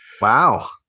wow